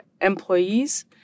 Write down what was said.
employees